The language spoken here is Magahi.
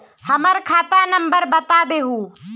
हमर खाता नंबर बता देहु?